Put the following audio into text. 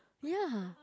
ya